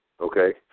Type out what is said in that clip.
okay